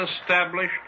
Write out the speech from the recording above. established